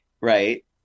right